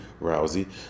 Rousey